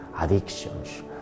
addictions